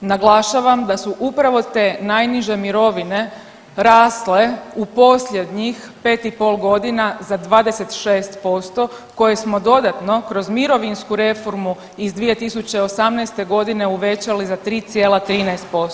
Naglašavam da su upravo te najniže mirovine rasle u posljednjih 5 i pol godina za 26% koje smo dodatno kroz mirovinsku reformu iz 2018. godine uvećali za 3,13%